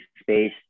space